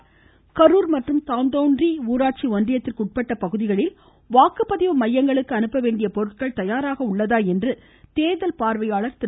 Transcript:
தேர்தல் இருவரி கரர் மற்றும் தாந்தோன்றி ஊராட்சி ஒன்றியத்திற்கு உட்பட்ட பகுதிகளில் வாக்குப்பதிவு மையங்களுக்கு அனுப்ப வேண்டிய பொருட்கள் தயாராக உள்ளதா என்று தேர்தல் பார்வையாளர் திரு